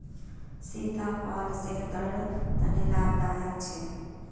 सीताफल सेहटर तने लाभदायक छे